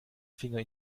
finger